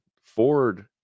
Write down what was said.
ford